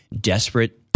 desperate